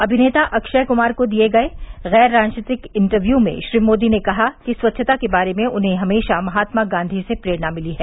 अभिनेता अक्षय कुमार को दिये गये गैर राजनीतिक इंटरव्यू में श्री मोदी ने कहा की स्वच्छता के बारे में उन्हें हमेशा महात्मा गांधी से प्ररेणा मिली है